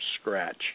scratch